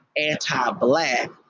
anti-black